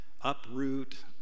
uproot